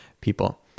people